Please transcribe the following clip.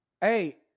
Hey